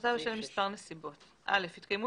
"הפחתה בשל מספר נסיבות 6. (א) התקיימו